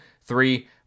three